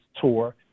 tour